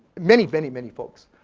many, many many folks.